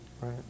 right